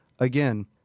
Again